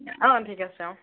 অঁ ঠিক আছে অঁ